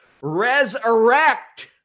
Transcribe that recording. resurrect